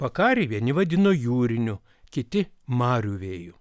vakarį vieni vadino jūriniu kiti marių vėju